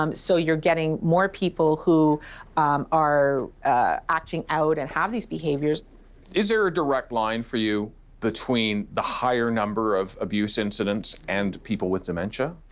um so you're getting more people who are acting out and have these behaviours. david is there a direct line for you between the higher number of abuse incidents and people with dementia?